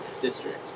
district